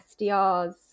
SDRs